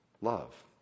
love